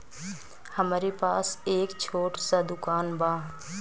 हमरे पास एक छोट स दुकान बा